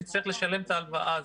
יצטרך לשלם את ההלוואה הזאת.